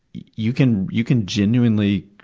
you can you can genuinely